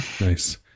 Nice